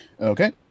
Okay